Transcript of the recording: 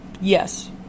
Yes